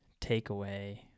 takeaway